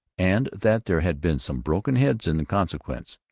and that there had been some broken heads in consequence.